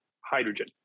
hydrogen